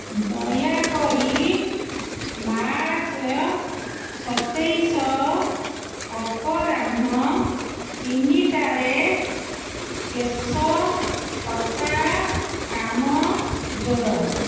ଦୟାକରି ମାର୍ଚ୍ଚ ସତେଇଶ ଅପରାହ୍ନ ତିନିଟାରେ କେଶ କଟା କାମ ଯୋଡ଼